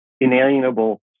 inalienable